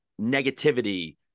negativity